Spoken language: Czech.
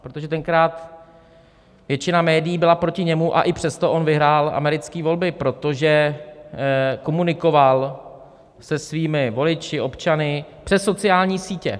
Protože tenkrát většina médií byla proti němu, a i přesto on vyhrál americké volby, protože komunikoval se svými voliči, občany, přes sociální sítě.